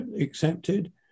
accepted